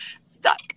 Stuck